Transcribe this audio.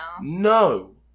no